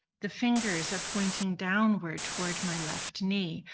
the fingers are pointing downward toward my left knee.